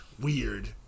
Weird